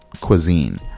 cuisine